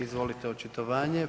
Izvolite, očitovanje.